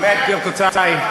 לא הכול מימין,